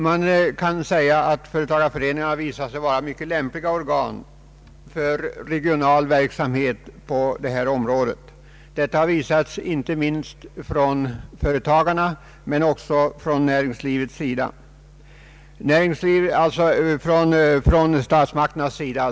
Man kan säga att företagareförening arna i stort har visat sig vara mycket lämpliga organ för regional verksamhet på detta område. Detta har visats inte minst från företagens men också från statsmakternas sida.